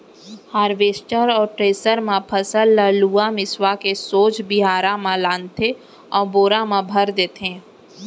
harvester अउ thresher म फसल ल लुवा मिसवा के सोझ बियारा म लानथे अउ बोरा म भर देथे